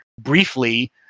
briefly